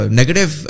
negative